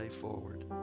forward